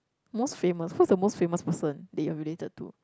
most famous who is the most famous person that you are related to